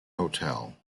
hotel